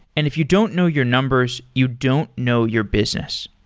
and if you don't know your numbers, you don't know your business.